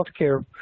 healthcare